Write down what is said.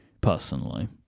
personally